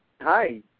Hi